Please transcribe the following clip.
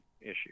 issue